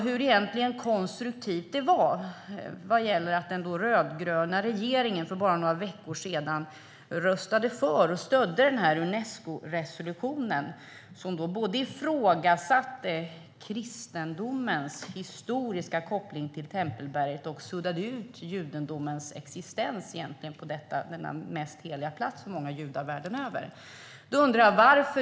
Hur konstruktivt var det då att den rödgröna regeringen för bara några veckor sedan röstade för och stödde den Unesco-resolution som både ifrågasatte kristendomens historiska koppling till Tempelberget och suddade ut judendomens existens på denna mest heliga plats för många judar världen över?